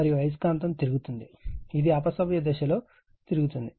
మరియు అయస్కాంతం తిరుగుతోంది ఇది అప సవ్యదిశలో అది తిరుగుతోంది